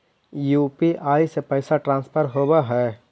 UPI से पैसा transfer होवहै?